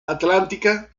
atlántica